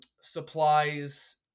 supplies